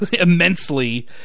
immensely